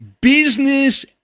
Business